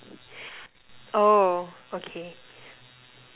oh